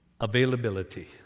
Availability